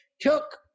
took